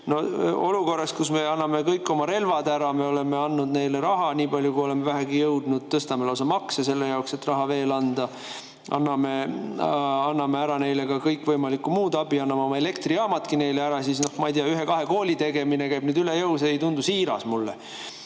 Olukorras, kus me anname kõik oma relvad ära, me oleme andnud neile raha nii palju, kui oleme vähegi jõudnud, me tõstame lausa makse selle jaoks, et veel raha anda, me anname neile ka kõikvõimalikku muud abi, anname oma elektrijaamadki neile ära, ma ei tea, öelda, et ühe-kahe kooli tegemine käib üle jõu – see ei tundu mulle